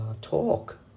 talk